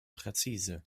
präzise